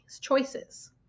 choices